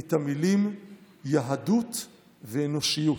את המילים 'יהדות ואנושיות',